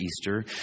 Easter